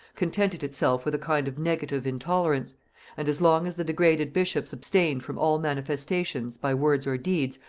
contented itself with a kind of negative intolerance and as long as the degraded bishops abstained from all manifestations, by words or deeds,